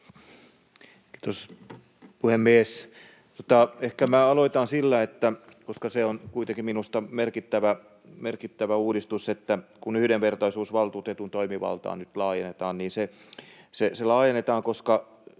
Kiitos, puhemies! Ehkä aloitan sillä — koska se on kuitenkin minusta merkittävä uudistus — että yhdenvertaisuusvaltuutetun toimivaltaa nyt laajennetaan, koska